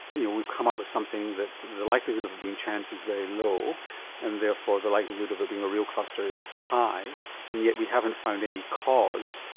you know we've come up with something the likelihood of it being chance is very low and therefore the likelihood of it being a real cluster is high and yet we haven't found any cause.